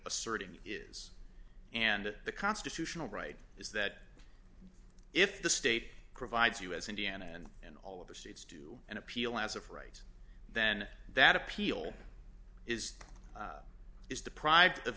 asserting is and the constitutional right is that if the state provides you as indiana and and all other states do an appeal as of right then that appeal is is deprived of